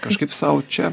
kažkaip sau čia